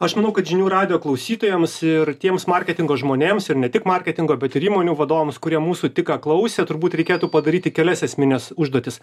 aš manau kad žinių radijo klausytojams ir tiems marketingo žmonėms ir ne tik marketingo bet ir įmonių vadovams kurie mūsų tik ką klausė turbūt reikėtų padaryti kelias esmines užduotis